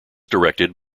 directed